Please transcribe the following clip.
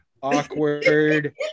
awkward